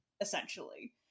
essentially